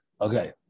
okay